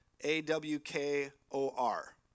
A-W-K-O-R